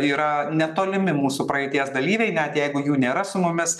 yra netolimi mūsų praeities dalyviai net jeigu jų nėra su mumis